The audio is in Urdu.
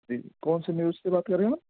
جی کون سی نیوز سے بات کر رہے ہیں آپ